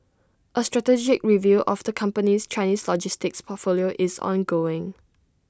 A strategic review of the company's Chinese logistics portfolio is ongoing